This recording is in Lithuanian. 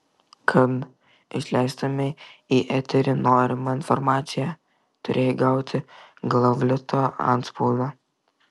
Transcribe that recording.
kad išleistumei į eterį norimą informaciją turėjai gauti glavlito antspaudą